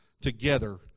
together